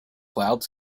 clouds